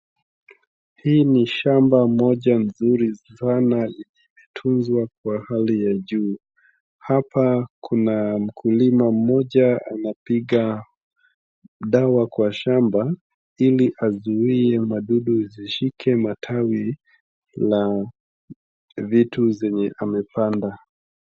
Hii ni shamba moja mzuri sana yenye imetunzwa kwa hali ya juu. Hapa kuna mkulima mmoja anapiga dawa kwa shamba ili azuie madudu zishike matawi la vitu zenye amepanda.